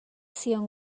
zion